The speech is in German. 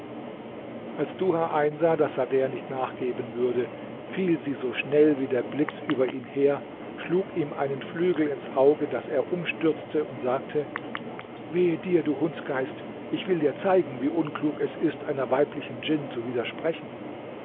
als duha einsah daß sader nicht nachgeben würde fiel sie so schnell wie der blitz über ihn her schlug ihm einen flügel ins auge daß er umstürzte und sagte wehe dir du hundsgeist ich will dir zeigen wie unklug es ist einer weiblichen djinn zu widersprechen